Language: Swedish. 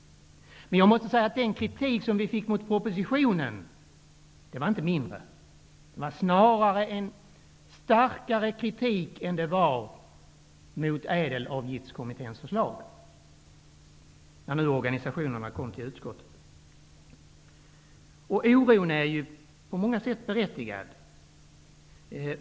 Den kritik som organisationerna riktade mot propositionen var emellertid inte mindre. Den var snarare starkare än kritiken mot ÄDEL Oron är på många sätt berättigad.